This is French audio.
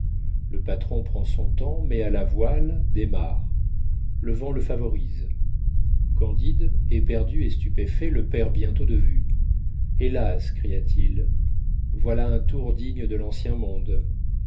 le patron prend son temps met à la voile démarre le vent le favorise candide éperdu et stupéfait le perd bientôt de vue hélas cria-t-il voilà un tour digne de l'ancien monde